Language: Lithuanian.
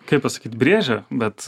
kaip pasakyt brėžė bet